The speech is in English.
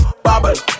Bubble